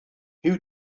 huw